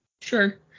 Sure